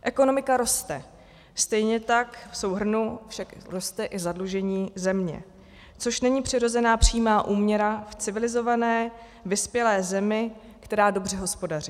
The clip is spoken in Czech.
Ekonomika roste, stejně tak v souhrnu však roste i zadlužení země, což není přirozená přímá úměra v civilizované vyspělé zemi, která dobře hospodaří.